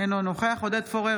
אינו נוכח עודד פורר,